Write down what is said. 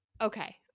okay